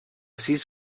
sis